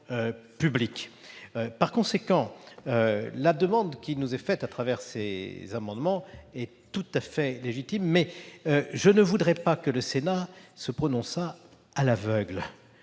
Par conséquent, la demande qui nous est faite à travers ces amendements est tout à fait légitime. Néanmoins, je ne voudrais pas que le Sénat se prononçât à l'aveugle,